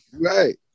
right